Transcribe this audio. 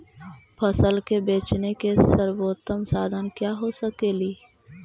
फसल के बेचने के सरबोतम साधन क्या हो सकेली?